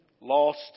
Lost